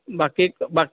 बाकी बा